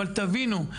אבל תבינו,